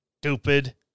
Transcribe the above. Stupid